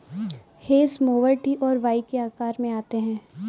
hedge mower T और Y के आकार में आते हैं